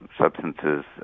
substances